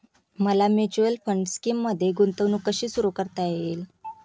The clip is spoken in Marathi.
मला म्युच्युअल फंड स्कीममध्ये गुंतवणूक कशी सुरू करता येईल?